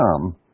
come